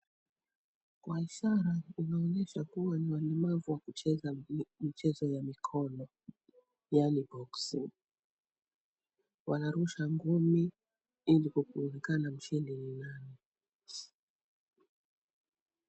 Kwa ishara inaonyesha kuwa ni walemavu wa kucheza mchezo ya mikono. Yaani boxing . Wanarusha ngumi ili kuonekana mshindi ni nani.